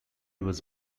was